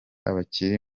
abakiri